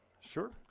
Sure